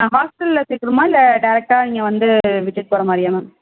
ஹாஸ்டலில் சேர்க்கணுமா இல்லை டேரக்டாக இங்கே வந்து விட்டுவிட்டு போகிற மாதிரியா மேம்